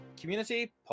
Community